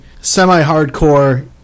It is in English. semi-hardcore